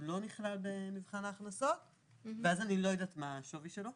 לא נכלל במבחן ההכנסות ואני לא יודעת מה השווי שלו,